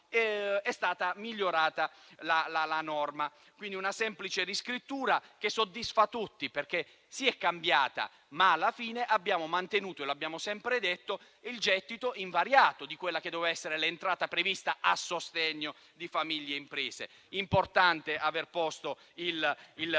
è stata migliorata la norma, con una semplice riscrittura che soddisfa tutti, perché è sì cambiata, ma alla fine abbiamo mantenuto - e l'abbiamo sempre detto - invariato il gettito dell'entrata prevista a sostegno di famiglie e imprese. È importante aver posto un